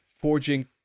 forging